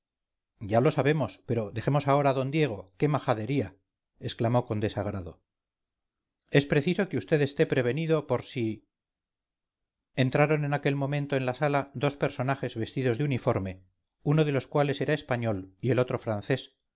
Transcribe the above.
ya lo sabemos pero dejemos ahora a don diego qué majadería exclamó con desagrado es preciso que vd esté prevenido por si entraron en aquel momento en la sala dos personajes vestidos de uniforme uno de los cuales era español y el otro francés